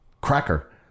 Cracker